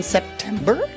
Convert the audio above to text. September